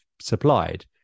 supplied